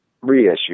reissue